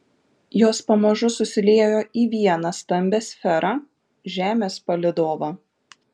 jos pamažu susiliejo į vieną stambią sferą žemės palydovą